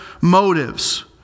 motives